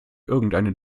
irgendeine